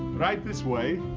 right this way.